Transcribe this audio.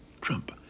Trump